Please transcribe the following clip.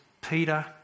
Peter